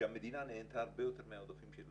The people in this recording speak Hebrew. שהמדינה נהנתה הרבה יותר מהעודפים של